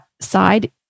side